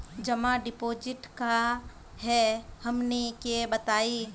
जमा डिपोजिट का हे हमनी के बताई?